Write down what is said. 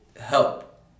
help